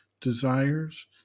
desires